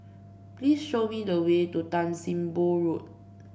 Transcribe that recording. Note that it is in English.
please show me the way to Tan Sim Boh Road